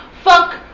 Fuck